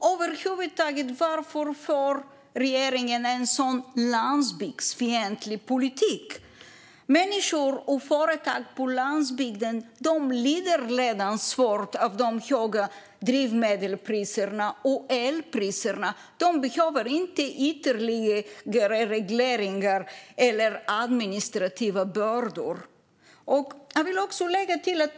Och varför för regeringen över huvud taget en så landsbygdsfientlig politik? Människor och företag på landsbygden lider redan svårt av de höga drivmedelspriserna och elpriserna. De behöver inte ytterligare regleringar och administrativa bördor.